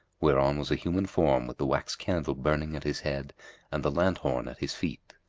whereon was a human form with the wax-candle burning at his head and the lanthorn at his feet,